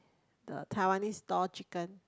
the Taiwanese stall chicken